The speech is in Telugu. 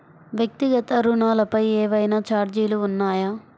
వ్యక్తిగత ఋణాలపై ఏవైనా ఛార్జీలు ఉన్నాయా?